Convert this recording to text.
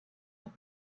with